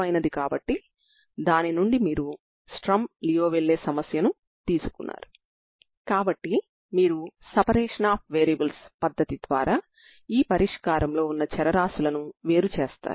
ఇది మీ సరిహద్దు అవుతుంది మరియు మీరు దీనికి పరిష్కారాన్ని కలిగి ఉంటారు